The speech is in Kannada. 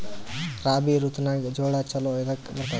ರಾಬಿ ಋತುನಾಗ್ ಜೋಳ ಚಲೋ ಎದಕ ಬರತದ?